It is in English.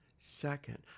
Second